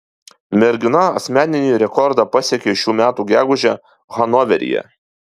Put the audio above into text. mergina asmeninį rekordą pasiekė šių metų gegužę hanoveryje